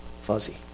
fuzzy